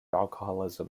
alcoholism